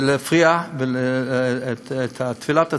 להפריע את תפילת הציבור,